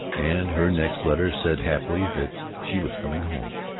and her next letter said happily that she was coming home.